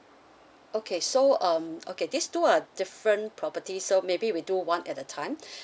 okay so um okay these two are different property so maybe we do one at the time